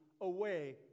away